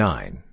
Nine